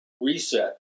Reset